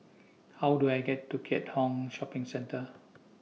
How Do I get to Keat Hong Shopping Centre